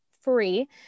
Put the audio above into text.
free